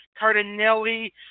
cardinelli